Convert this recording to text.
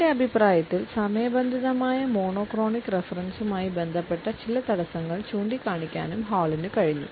തന്റെ അഭിപ്രായത്തിൽ സമയബന്ധിതമായ മോണോക്രോണിക് റഫറൻസുമായി ബന്ധപ്പെട്ട ചില തടസ്സങ്ങൾ ചൂണ്ടിക്കാണിക്കാനും ഹാളിന് കഴിഞ്ഞു